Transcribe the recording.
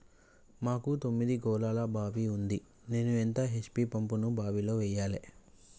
మాకు తొమ్మిది గోళాల బావి ఉంది నేను ఎంత హెచ్.పి పంపును బావిలో వెయ్యాలే?